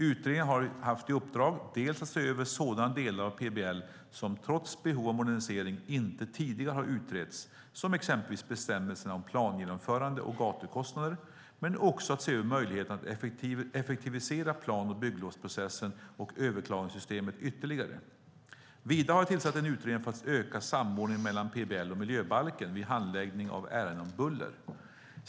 Utredningarna har haft i uppdrag dels att se över sådana delar av PBL som trots behov av modernisering inte tidigare har utretts, exempelvis bestämmelserna om plangenomförande och gatukostnader, dels att se över möjligheterna att effektivisera plan och bygglovsprocessen och överklagandesystemet ytterligare. Vidare har jag tillsatt en utredning för att öka samordningen mellan PBL och miljöbalken vid handläggning av ärenden om buller.